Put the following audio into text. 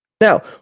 Now